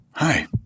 Hi